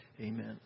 Amen